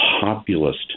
populist